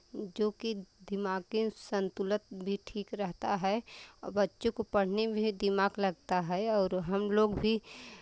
जो कि दिमाग कि संतुलत भी ठीक रहता है और बच्चों को पढ़ने में भी दिमाग लगता है और हम लोग भी